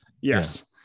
Yes